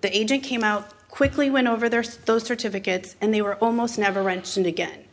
the agent came out quickly went over there so those certificates and they were almost never wrenching again